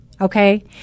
Okay